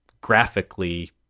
graphically